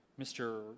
Mr